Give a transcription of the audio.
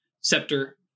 scepter